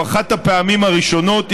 או אחת הפעמים הראשונות,